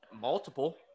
Multiple